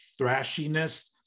thrashiness